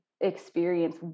experience